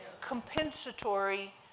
Compensatory